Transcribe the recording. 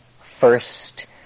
first